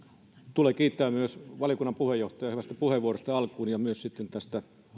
tulee kiittää myös valiokunnan puheenjohtajaa hyvästä puheenvuorosta ja sitten myös tästä